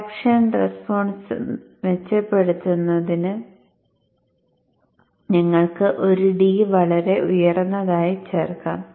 fraction response മെച്ചപ്പെടുത്തുന്നതിന് നിങ്ങൾക്ക് ഒരു D വളരെ ഉയർന്നതായി ചേർക്കാം